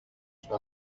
στο